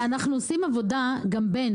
אנחנו עושים עבודה גם בין,